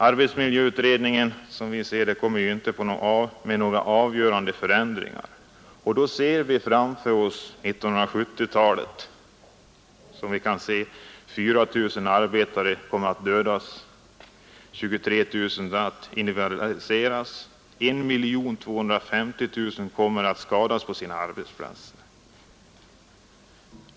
Arbetsmiljöutredningen tycks ju inte komma med några avgörande förändringar, och då ser vi framför oss att under 1970-talet 4000 arbetare kommer att dödas, 23 000 kommer att invalidiseras och 1 250 000 kommer att skadas på sina arbetsplatser.